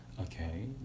Okay